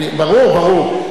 ברור, ברור.